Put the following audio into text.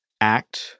Act